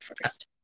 first